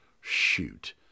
shoot